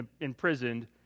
imprisoned